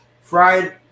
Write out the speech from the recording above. fried